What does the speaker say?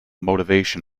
motivation